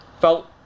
felt